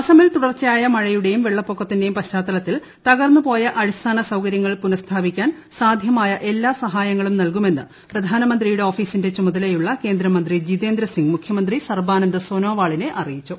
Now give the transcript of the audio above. അസമിൽ തുടർച്ചയായ മഴയുടെയും വെള്ളപ്പൊക്കത്തിന്റെയും പശ്ചാത്തലത്തിൽ തകർന്നു പോയ അടിസ്ഥാന സൌകര്യങ്ങൾ പുനസ്ഥാപിക്കാൻ സാന്യമായ എല്ലാ സഹായങ്ങളും നൽകുമെന്ന് പ്രധാന മന്ത്രിയുടെ ഓഫീസിന്റെ ചുമതലയുള്ള കേന്ദ്ര മന്ത്രി ജിതേന്ദ്ര സിംഗ് മുഖ്യമന്ത്രി സർബാനന്ദ സോനോവാളിനെ അറിയിച്ചു